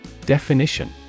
Definition